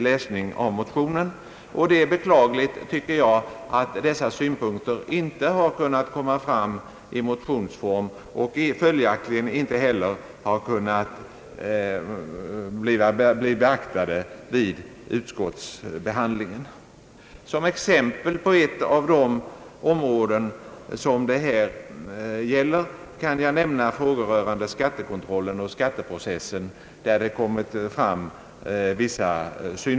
Jag tycker det är beklagligt att dessa synpunkter inte har kunnat komma till uttryck i motionsform och följaktligen inte heller kunnat bli beaktade vid utskottsbehandlingen. Som exempel på områden där det kommit fram synpunkter efier motionstidens utgång kan jag nämna frågor rörande skattekontrollen och skatteprocessen.